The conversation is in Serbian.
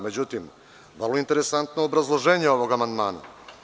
Međutim, vrlo je interesantno obrazloženje ovog amandmana.